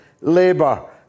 Labour